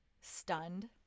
stunned